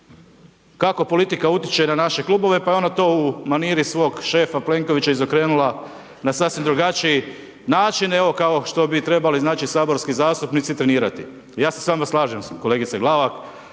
kako politika utječe na naše klubove, pa je ona to u maniri svog šefa Plenkovića izokrenula na sasvim drugačiji način, evo, kao što bi trebali saborski zastupnici trenirati. Ja se onda slažem s kolegicom Glavak,